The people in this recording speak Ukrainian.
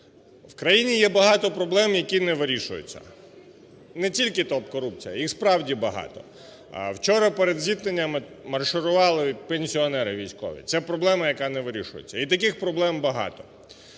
В країні є багато проблем, які не вирішуються. Не тільки топ-корупція, їх справді багато. Вчора перед зіткненням марширували пенсіонери військові. Це проблема, яка не вирішується, і таких проблем багато.